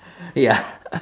ya